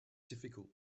difficult